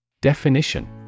Definition